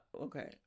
okay